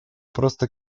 просто